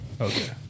okay